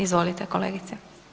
Izvolite kolegice.